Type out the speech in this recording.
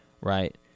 right